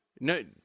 no